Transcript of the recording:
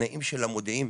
התנאים של המודיעים.